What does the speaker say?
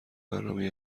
برنامه